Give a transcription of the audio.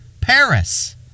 Paris